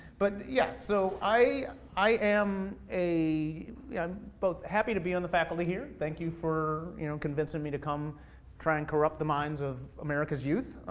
but, yeah, so i i am a yeah both happy to be on the faculty here, thank you for you know convincing me to come try and corrupt the minds of america's youth.